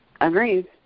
Agreed